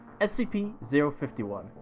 SCP-051